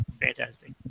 Fantastic